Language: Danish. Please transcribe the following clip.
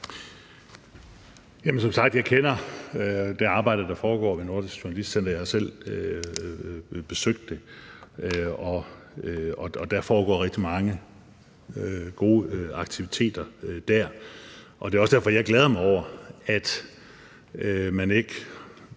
Som sagt kender jeg det arbejde, der foregår ved Nordisk Journalistcenter. Jeg har selv besøgt det, og der foregår rigtig mange gode aktiviteter der. Det er også derfor, jeg glæder mig over, at man har